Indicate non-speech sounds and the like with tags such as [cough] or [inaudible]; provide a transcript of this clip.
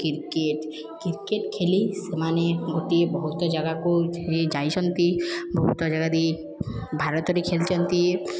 cricket cricket ଖେଳି ସେମାନେ ଗୋଟିଏ ବହୁତ ଜାଗାକୁ [unintelligible] ଯାଇଛନ୍ତି ବହୁତ ଜାଗା ଦେଇ ଭାରତରେ ଖେଳିଛନ୍ତି